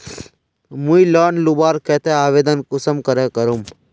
मुई लोन लुबार केते आवेदन कुंसम करे करूम?